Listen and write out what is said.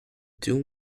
two